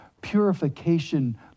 purification